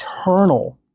eternal